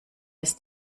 ist